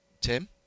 Tim